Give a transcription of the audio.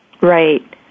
Right